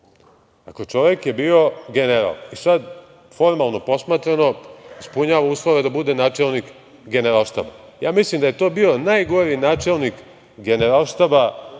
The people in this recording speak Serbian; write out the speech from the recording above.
Čovek je bio general i sada formalno posmatrano ispunjava uslove da bude načelnik Generalštaba. Mislim da je to bio najgori načelnik Generalštaba u modernoj